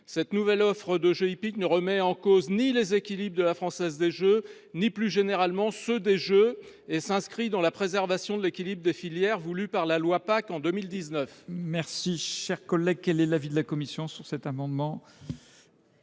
Cette nouvelle offre de jeux hippiques ne remet en cause ni les équilibres de la Française des jeux ni, plus généralement, ceux des jeux. Elle s’inscrit dans la préservation de l’équilibre des filières voulue par la loi Pacte en 2019.